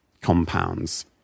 compounds